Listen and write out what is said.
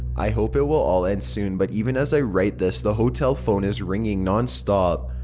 i hope it will all end soon but even as i write this the hotel phone is ringing non stop.